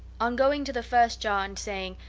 on going to the first jar and saying,